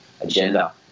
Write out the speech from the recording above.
agenda